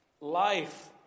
Life